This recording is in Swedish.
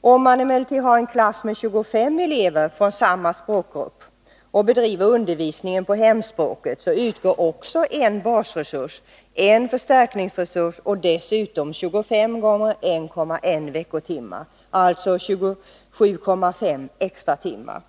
Om man har en klass med 25 elever från samma språkgrupp och bedriver undervisningen på hemspråket utgår också en basresurs, en förstärkningsresurs och dessutom 25 gånger 1,1 veckotimmar, dvs. 27,5 extratimmar.